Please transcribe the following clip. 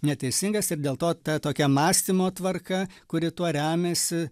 neteisingas ir dėl to ta tokia mąstymo tvarka kuri tuo remiasi